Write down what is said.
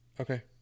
Okay